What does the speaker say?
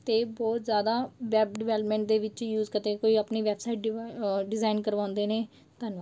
ਅਤੇ ਬਹੁਤ ਜ਼ਿਆਦਾ ਵੈਬ ਡਿਵੈਲਪਮੈਂਟ ਦੇ ਵਿੱਚ ਯੂਜ ਕਰਦੇ ਕੋਈ ਆਪਣੀ ਵੈਬਸਾਈਟ ਡਿਵਾ ਡਿਜ਼ਾਇਨ ਕਰਵਾਉਂਦੇ ਨੇ ਧੰਨਵਾਦ